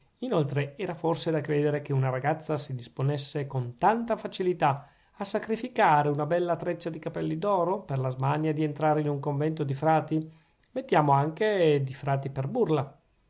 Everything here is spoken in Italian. inoltre era forse da credere che una ragazza si disponesse con tanta facilità a sacrificare una bella treccia di capelli d'oro per la smania di entrare in un convento di frati mettiamo anche di frati per burla